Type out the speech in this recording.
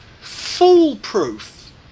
foolproof